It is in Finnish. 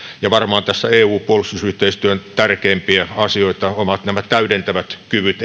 ja varmaan eun puolustusyhteistyön tärkeimpiä asioita ovat nämä täydentävät kyvyt